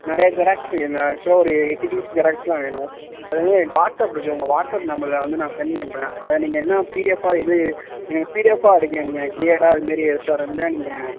நிறையா ஜெராக்ஸ் வேணும் ஆக்சுவலாக ஒரு எட்டு பீஸ் ஜெராக்ஸ்லாம் வேணும் அது வந்து வாட்ஸ்அப் இருக்கு உங்கள் வாட்ஸ்அப் நம்பரில் வந்து நான் செண்ட் பண்ணுறேன் அதை நீங்கள் என்ன பிடிஎஃப்பாக இது பிடிஎஃப்பாக அடிங்க நீங்கள் க்ளீயராக அதுமாரி பொறுமையாக அடிங்க